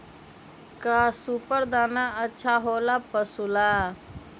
का सुपर दाना अच्छा हो ला पशु ला?